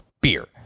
beer